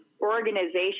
organization